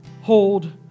hold